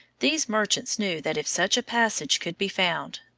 these merchants knew that if such a passage could be found,